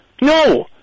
No